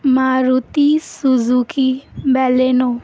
Maruti Suzuki Baleno